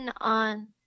on